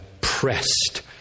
pressed